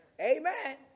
Amen